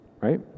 right